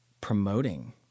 promoting